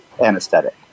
anesthetic